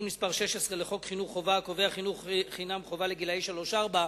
מס' 16 לחוק חינוך חובה הקובע חינוך חינם חובה לגילאי שלוש-ארבע.